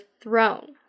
throne